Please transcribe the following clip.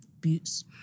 Boots